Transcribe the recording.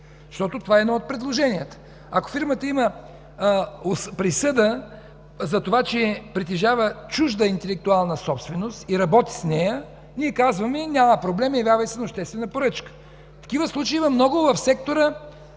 защото това е едно от предложенията. Ако фирмата има присъда, че притежава чужда интелектуална собственост и работи с нея, ние казваме: „Няма проблем. Явявай се на обществена поръчка.” Такива случаи има много в сектора